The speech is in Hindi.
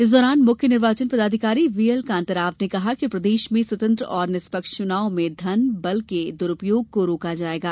इस दौरान मुख्य निर्वाचन पदाधिकारी वी एल कान्ताराव ने कहा कि प्रदेश में स्वतंत्र और निष्पक्ष चुनाव में धन बल के दुरूपयोग को रोका जायेगा